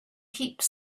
heaps